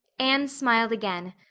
anne smiled again,